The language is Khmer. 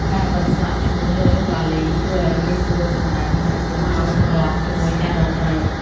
ការបិទស្លាកឈ្មោះលើវ៉ាលី ជួយឱ្យងាយស្រួលចំណាំ និងកុំឱ្យច្រឡំជាមួយអ្នកដទៃ។